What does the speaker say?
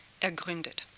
ergründet